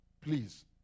Please